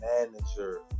manager